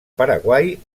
paraguai